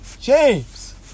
James